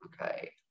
okay